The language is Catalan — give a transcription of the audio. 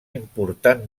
important